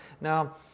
Now